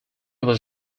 was